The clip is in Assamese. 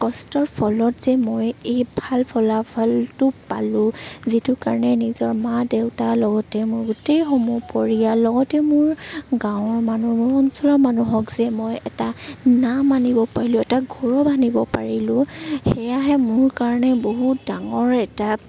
কষ্টৰ ফলত যে মই এই ভাল ফলটো পালোঁ যিটোৰ কাৰণে মোৰ মা দেউতা লগতে মোৰ গোটেই সমূহ পৰিয়াল লগতে মোৰ গাঁৱৰ মানুৰো অঞ্চলৰ মানুহক যে মই এটা নাম আনিব পাৰিলোঁ এটা গৌৰৱ আনিব পাৰিলোঁ সেয়াহে মোৰ কাৰণে বহুত ডাঙৰ এটা